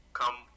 come